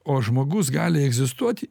o žmogus gali egzistuoti